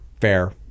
Fair